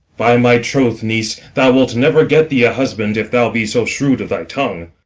by my troth, niece, thou wilt never get thee a husband, if thou be so shrewd of thy tongue.